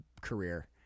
career